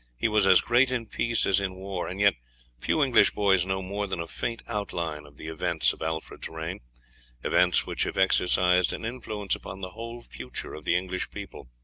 he was as great in peace as in war and yet few english boys know more than a faint outline of the events of alfred's reign events which have exercised an influence upon the whole future of the english people.